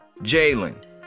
Jalen